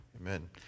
Amen